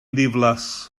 ddiflas